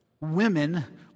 Women